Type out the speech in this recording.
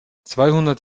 zweihundert